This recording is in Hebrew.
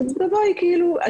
תבואי כאילו,